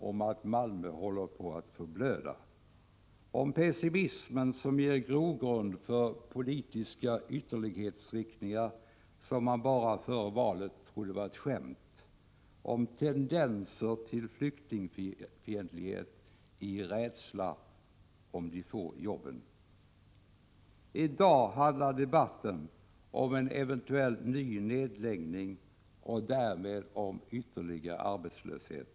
om att Malmö håller på att förblöda, om pessimismen som ger grogrund för politiska ytterlighetsriktningar som man så sent som före valet trodde vara ett skämt och om tendenser till flyktingfientlighet som bottnar i kampen om de få jobben. I dag handlar debatten om en eventuellt ny nedläggning och därmed om ytterligare arbetslöshet.